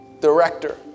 director